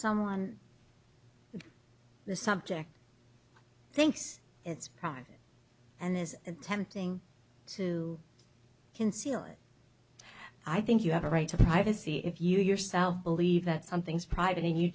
someone the subject thinks it's private and is attempting to conceal it i think you have a right to privacy if you yourself believe that something's private and you